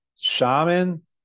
shaman